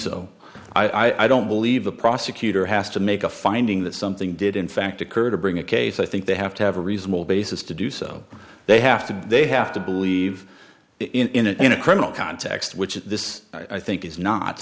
so i don't believe a prosecutor has to make a finding that something did in fact occur to bring a case i think they have to have a reasonable basis to do so they have to they have to believe in it in a criminal context which is this i think is not